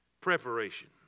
preparation